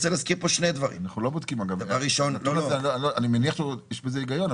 אני מניח שיש בזה היגיון,